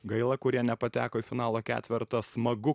gaila kurie nepateko į finalo ketvertą smagu